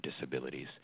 disabilities